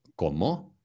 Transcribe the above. ¿cómo